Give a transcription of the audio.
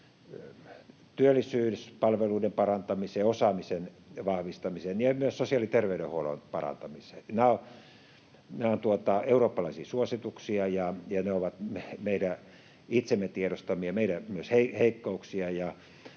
työllisyyspalveluiden parantamiseen, osaamisen vahvistamiseen ja myös sosiaali‑ ja ter-veydenhuollon parantamiseen. Nämä ovat eurooppalaisia suosituksia, ja ne ovat meidän itsemme tiedostamia, meillä myös heikkouksia,